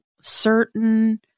certain